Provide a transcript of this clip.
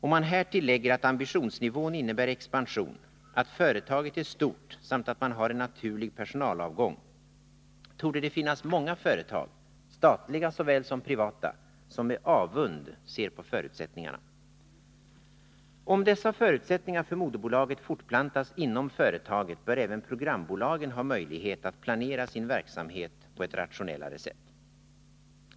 Om man härtill lägger att ambitionsnivån innebär expansion, att företaget är stort samt att man har en naturlig personalavgång, torde det finnas många företag — statliga såväl som privata — som med avund ser på förutsättningarna. Om dessa förutsättningar för moderbolaget fortplantas inom företaget, bör även programbolagen ha möjlighet att planera sin verksamhet på ett rationellare sätt.